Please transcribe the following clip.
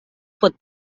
pot